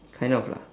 kind of lah